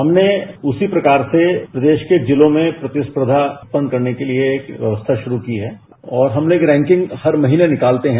हमने उसी प्रकार से प्रदेश के जिलों में प्रतिसंपर्धा करने के लिए एक व्यवस्था शुरू की है और हम रैंकिंग हर महीने निकालते हैं